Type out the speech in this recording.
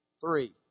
Three